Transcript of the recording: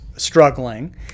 struggling